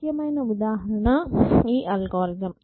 ముఖ్యమైన ఉదాహరణ ఈ అల్గోరిథం